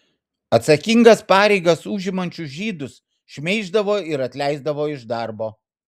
atsakingas pareigas užimančius žydus šmeiždavo ir atleisdavo iš darbo